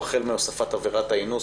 החל מהוספת עבירת האינוס,